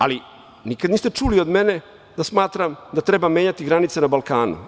Ali, nikad niste čuli od mene da smatram da treba menjati granice na Balkanu.